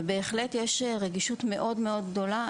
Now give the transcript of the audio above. ובהחלט יש רגישות מאוד גדולה.